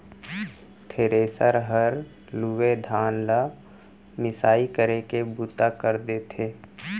thresher हर लूए धान ल मिसाई करे के बूता कर देथे